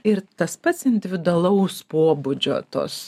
ir tas pats individualaus pobūdžio tos